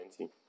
20